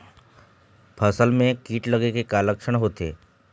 फसल म कीट लगे के का लक्षण होथे?